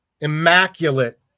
immaculate